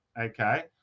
okay